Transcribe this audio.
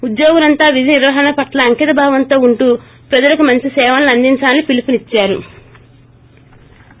ఉద్యోగులంతా విధినిర్వహణ పట్ల అంకిత భావంతో ఉంటూ ప్రజలకు మంచి సేవలను అందించాలని పిలుపునిచ్చారు